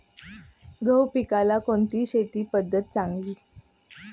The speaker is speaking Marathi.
गहू पिकाला कोणती शेती पद्धत चांगली?